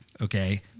okay